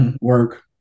work